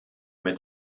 mit